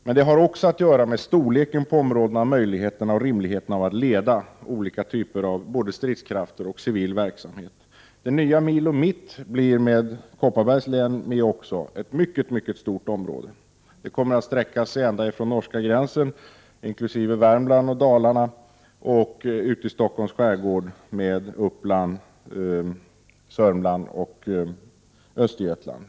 Men detta har också att göra med storleken på områdena samt med möjligheterna och rimligheterna när det gäller att leda olika typer av både stridskrafter och civil verksamhet. Det nya Milo Mitt — omfattande även Kopparbergs län — blir ett synnerligen stort område. Det kommer att sträcka sig ända från norska gränsen, inkl. Värmland och Dalarna, ut till Stockholms skärgård med Uppland, Sörmland och Östergötland.